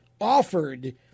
offered